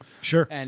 sure